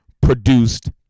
produced